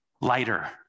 lighter